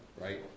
right